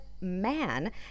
man